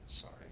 Sorry